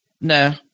nah